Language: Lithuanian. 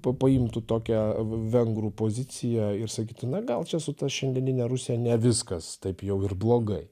pa paimtų tokią vengrų poziciją ir sakytų na gal čia su ta šiandienine rusija ne viskas taip jau ir blogai